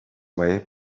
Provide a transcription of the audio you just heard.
way